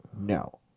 No